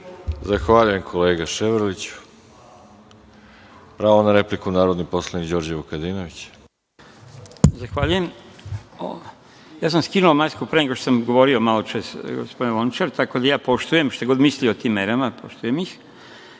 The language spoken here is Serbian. Zahvaljujem kolega Ševarliću. Pravo na repliku, narodni poslanik Đorđe Vukadinović.